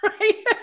right